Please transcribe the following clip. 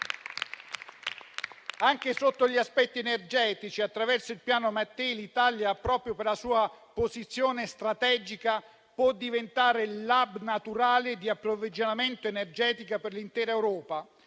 Anche sotto gli aspetti energetici, attraverso il Piano Mattei, l'Italia, proprio per la sua posizione strategica, può diventare l'*hub* naturale di approvvigionamento energetico per l'intera Europa.